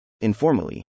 Informally